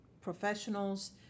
professionals